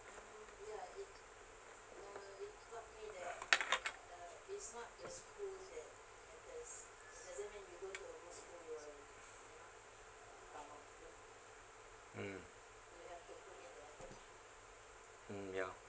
mm mm ya